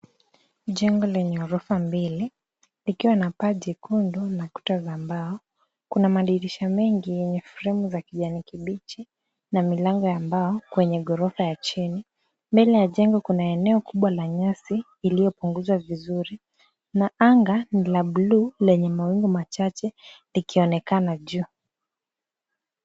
Jengo lenye ghorofa mbili, likiwa na paa jekundu, na kuta za mbao. Kuna madirisha mengi yenye fremu ya kijani kibichi, na milango ya mbao kwenye ghorofa ya chini. Kuna eneo kubwa la nyasi iliopunguzwa vizuri, na anga ni la blue , lenye mawingu machache, likionekana juu.